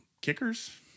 Kickers